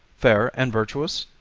fair and virtuous?